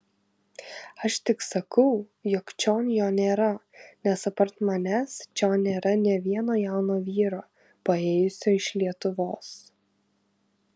aš tik sakau jog čion jo nėra nes apart manęs čion nėra nė vieno jauno vyro paėjusio iš lietuvos